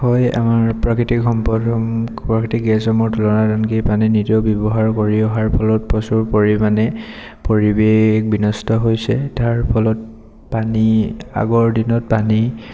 হয় আমাৰ প্ৰাকৃতিক সম্পদ প্ৰাকৃতিক গেছসমূহৰ তুলনাত আনকি পানী নিতৌ ব্যৱহাৰ কৰি অহাৰ ফলত প্ৰচুৰ পৰিমাণে পৰিৱেশ বিনষ্ট হৈছে তাৰ ফলত পানী আগৰ দিনত পানী